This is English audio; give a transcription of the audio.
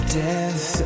death